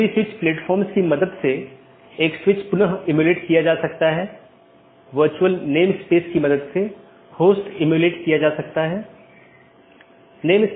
यह केवल उन्हीं नेटवर्कों के विज्ञापन द्वारा पूरा किया जाता है जो उस AS में या तो टर्मिनेट होते हैं या उत्पन्न होता हो यह उस विशेष के भीतर ही सीमित है